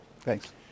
Thanks